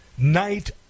night